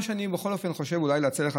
מה שאני בכל אופן חושב אולי להציע לך,